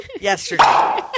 yesterday